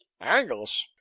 Angles